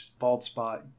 Baldspot